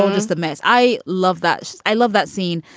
all just a mess. i love that. i love that scene.